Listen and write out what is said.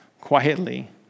quietly